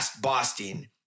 Boston